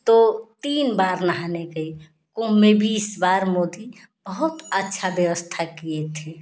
तो तीन बार नहाने गई कुम्भ में बीस बार मोदी बहुत अच्छा व्यवस्था किये थे